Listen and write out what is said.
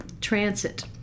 transit